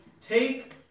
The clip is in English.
take